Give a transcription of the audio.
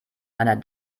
meiner